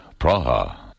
Praha